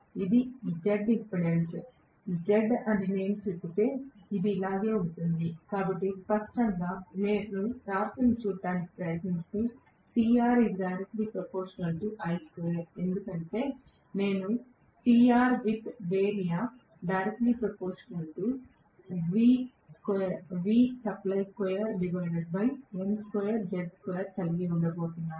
ఇది Z impedance Z అని నేను చెబితే ఇది ఇలాగే ఉంటుంది కాబట్టి స్పష్టంగా నేను టార్క్ చూడటానికి ప్రయత్నిస్తే ఎందుకంటే నేను కలిగి ఉండబోతున్నాను